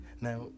Now